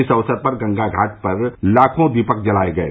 इस अवसर पर गंगा घाट पर लाखों दीपक जलाये गये